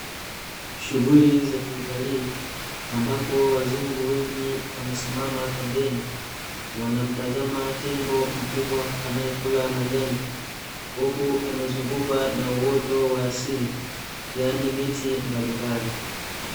Shughuli za kiutalii ambapo wazungu wengi wamesimama pembeni, wanamtazama tembo mkubwa anayekula majani huku amezungukwa na uoto wa asili, yaani miti mbalimbali.